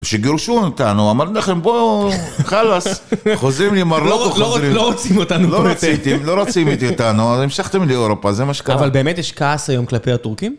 שגירשו אותנו, אמרנו לכם בואו, חלאס, חוזרים למרוקו, חוזרים. לא רוצים אותנו פרצים. לא רוצים אותנו, אז המשכתם לאירופה, זה מה שקרה. אבל באמת יש כעס היום כלפי הטורקים?